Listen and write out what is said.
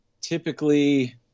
typically